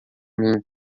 mim